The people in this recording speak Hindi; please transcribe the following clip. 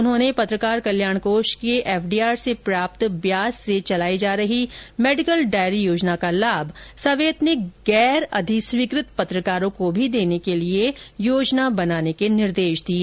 उन्होंने पत्रकार कल्याण कोष के एफडीआर से प्राप्त ब्याज से संचालित मेडिकल डायरी योजना का लाभ सवैतनिक गैर अधिस्वीकृत पत्रकारों को भी देने के लिए योजना बनाने के निर्देश दिए